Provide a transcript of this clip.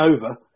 over